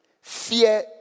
Fear